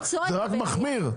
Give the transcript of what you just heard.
זה רק מחמיר.